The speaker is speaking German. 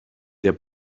der